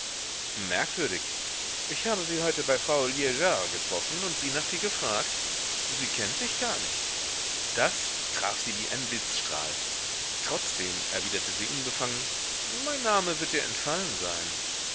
merkwürdig ich habe sie heute bei frau ligeard getroffen und sie nach dir gefragt sie kennt dich gar nicht das traf sie wie ein blitzstrahl trotzdem erwiderte sie unbefangen mein name wird ihr entfallen sein